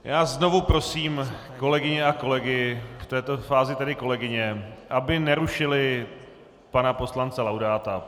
Já znovu prosím kolegyně a kolegy, v této fázi tedy kolegyně, aby nerušily pana poslance Laudáta.